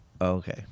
Okay